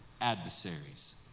adversaries